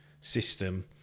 system